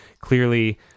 clearly